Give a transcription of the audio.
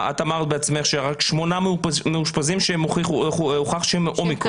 את אמרת בעצמך ששמונה מאושפזים שהוכח שהם אומיקרון.